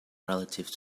relative